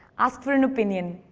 ask for an opinion.